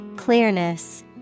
Clearness